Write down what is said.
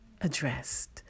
addressed